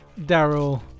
daryl